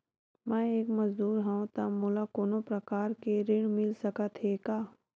मैं एक मजदूर हंव त मोला कोनो प्रकार के ऋण मिल सकत हे का?